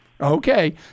Okay